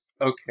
Okay